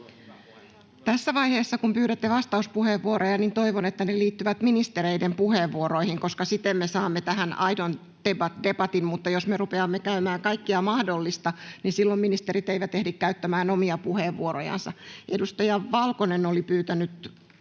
Tässä vaiheessa, kun pyydätte vastauspuheenvuoroja, niin toivon, että ne liittyvät ministereiden puheenvuoroihin, koska siten me saamme tähän aidon debatin. Mutta jos me rupeamme käymään läpi kaikkea mahdollista, niin silloin ministerit eivät ehdi käyttämään omia puheenvuorojansa. — Edustaja Valkonen oli pyytänyt